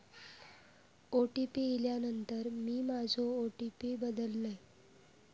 OTP इल्यानंतर मी माझो ओ.टी.पी बदललय